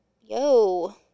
yo